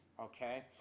okay